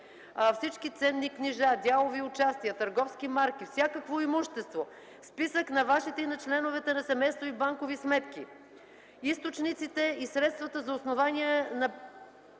всички ценни книжа, дялови участия, търговски марки, всякакво имущество, списък на Вашите и на членовете на семейството Ви банкови сметки, източниците и средствата за основания...